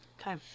Okay